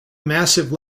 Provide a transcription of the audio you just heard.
massive